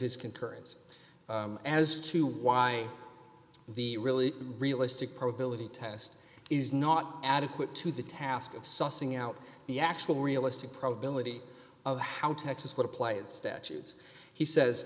his concurrence as to why the really realistic probability test is not adequate to the task of sussing out the actual realistic probability of how texas would apply its statutes he says